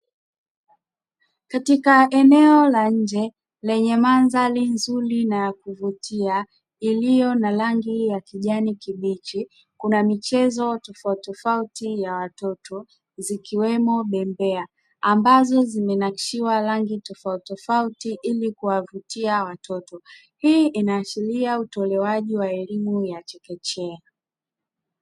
Katika eneo la nje lenye manadhari nzuri na ya kuvutia iliyo na rangi ya kijani kibichi; kuna michezo tofautitofauti ya watoto zikiwemo bembea, ambazo zimenakshiwa rangi tofautitofauti ili kuwavutia watoto. Hii inaashiria utolewaji wa elimu ya chekechea.